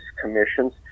commissions